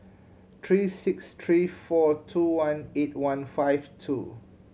three six three four two one eight one five two